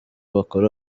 bakora